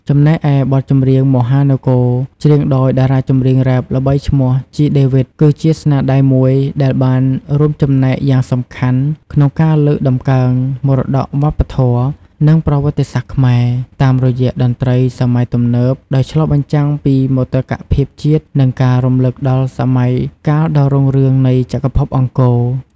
ចំណែកឯ បទចម្រៀង "មហានគរ" ច្រៀងដោយតារាចម្រៀងរ៉េបល្បីឈ្មោះ ជី ដេវីត គឺជាស្នាដៃមួយដែលបានរួមចំណែកយ៉ាងសំខាន់ក្នុងការលើកតម្កើងមរតកវប្បធម៌ និងប្រវត្តិសាស្ត្រខ្មែរ តាមរយៈតន្ត្រីសម័យទំនើបដោយឆ្លុះបញ្ចាំងពីមោទកភាពជាតិ និងការរំឭកដល់សម័យកាលដ៏រុងរឿងនៃចក្រភពអង្គរ។